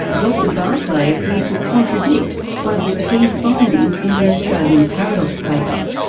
dr barclay appeared to contradict one of the key findings in the australian paradox paper,